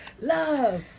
Love